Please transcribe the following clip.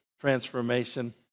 transformation